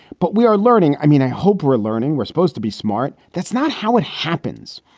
but we are learning. i mean, i hope we're learning we're supposed to be smart. that's not how it happens.